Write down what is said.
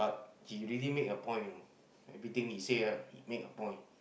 he really make a point everything he say ah make a point